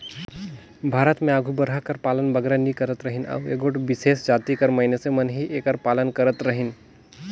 भारत में आघु बरहा कर पालन बगरा नी करत रहिन अउ एगोट बिसेस जाति कर मइनसे मन ही एकर पालन करत रहिन